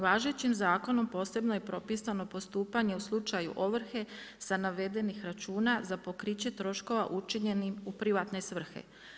Važećim zakonom posebno je propisano postupanje u slučaju ovrhe sa navedenih računa za pokriće troškova učinjenim u privatne svrhe.